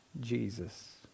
Jesus